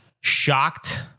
shocked